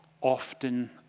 often